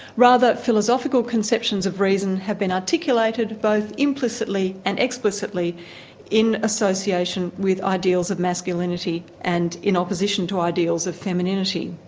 rather, philosophical conceptions of reasons have been articulated both implicitly and explicitly in association with ideals of masculinity and in opposition to ideals of femininity.